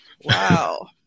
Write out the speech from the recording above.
wow